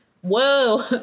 whoa